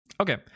Okay